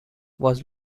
was